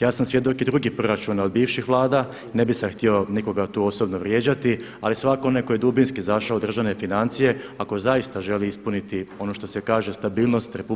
Ja sam svjedok i drugih proračuna od bivših Vlada, ne bih sada htio nikoga tu osobno vrijeđati ali svakako onaj koji je zašao u državne financije ako zaista želi ispuniti ono što se kaže stabilnost RH